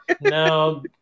No